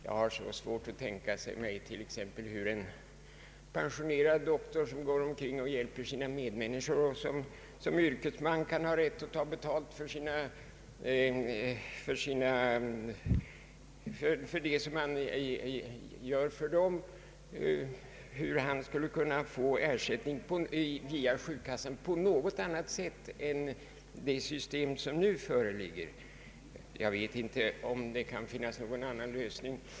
Jag har t.ex. svårt att tänka mig att den som vänder sig till en pensionerad läkare, som hjälper sina medmänniskor såsom yrkesman och bör ha rätt att ta betalt för sina tjänster, skall kunna få ersättning via sjukkassan på något annat sätt än enligt nuvarande ordning. Jag vet inte om det kan finnas någon annan lösning.